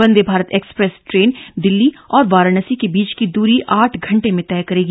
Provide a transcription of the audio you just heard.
वंदे Bharat express train Delhi और वाराणसी के बीच की दूरी आठ घंटे में तय करेगी